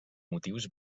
motius